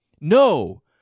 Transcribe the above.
No